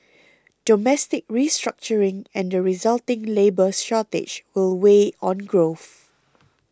domestic restructuring and the resulting labour shortage will weigh on growth